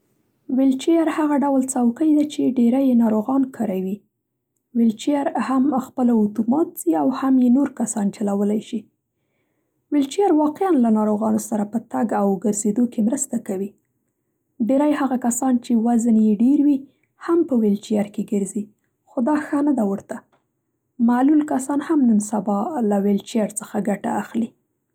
ویلچیر هغه ډول څوکۍ ده چې ډېری یې ناروغان کاروي. ویلچېر هم خپله اتومات ځي او هم یې نور کسان چلولی شي. ویلچېر واقعا له ناروغانو سره په تګ او ګرځېدو کې مرسته کوي. ډېری هغه کسان چې وزن یې ډېر وي هم په ویلچېر کې ګرځي خو دا ښه نه ده ورته. ملول کسان هم نن سبا له ویلچېر څخه ګټه اخلي.